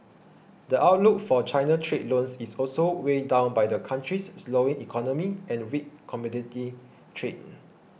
the outlook for China trade loans is also weighed down by the country's slowing economy and weak commodity trade